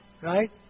right